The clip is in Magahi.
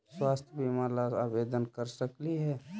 स्वास्थ्य बीमा ला आवेदन कर सकली हे?